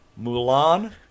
Mulan